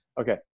Okay